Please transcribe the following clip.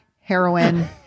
heroin